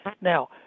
Now